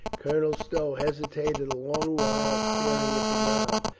colonel stow hesitated a long while, staring at the ground.